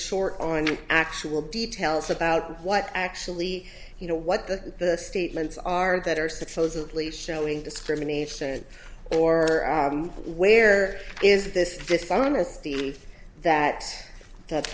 short on actual details about what actually you know what the statements are that are six ozomatli showing discrimination or where is this dishonesty that that